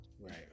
Right